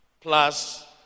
plus